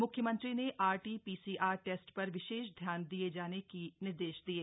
म्ख्यमंत्री ने RT PCR test पर विशेष ध्यान दिया देने के निर्देश दिये